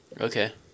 Okay